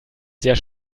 sehr